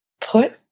Put